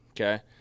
Okay